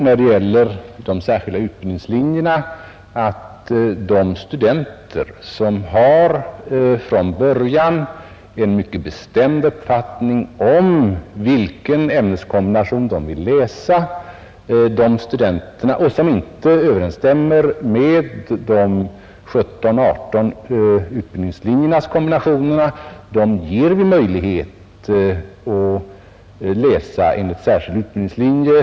När det gäller de särskilda utbildningslinjerna upprepar jag, att studenter som från början har en mycket bestämd uppfattning om vilken ämneskombination de vill läsa får möjlighet att läsa en särskild utbildningslinje, om den valda kombinationen inte finns inom någon av de 17 eller 18 utbildningslinjerna.